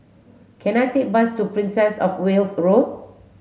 can I take a bus to Princess Of Wales Road